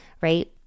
right